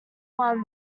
one